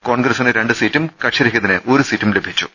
കോൺഗ്രസിന് രണ്ട് സീറ്റും കക്ഷിരഹിതന് ഒരു സീറ്റും ലഭിച്ചു